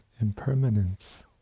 impermanence